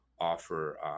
offer